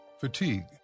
fatigue